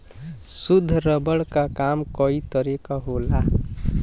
शुद्ध रबर क काम कई तरे क होला